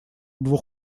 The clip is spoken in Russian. двух